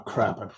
Crap